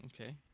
Okay